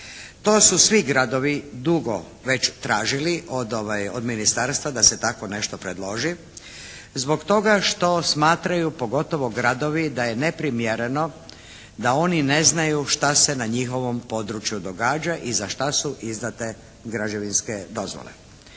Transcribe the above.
To su svi gradovi dugo već tražili od ministarstva da se tako nešto predloži zbog toga što smatraju pogotovo gradovi da je neprimjereno da oni ne znaju što se na njihovom području događa i za šta su izdate građevinske dozvole.